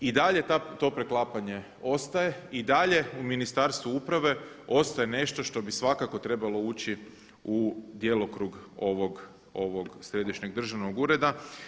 I dalje to preklapanje ostaj i dalje u Ministarstvu uprave ostaje nešto što bi svakako trebalo ući u djelokrug ovog Središnjeg državnog ureda.